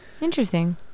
interesting